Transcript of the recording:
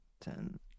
ten